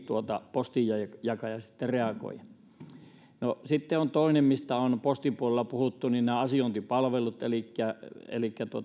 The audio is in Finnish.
postinjakaja sitten reagoida sitten toinen asia mistä on postin puolella puhuttu ovat nämä asiointipalvelut elikkä elikkä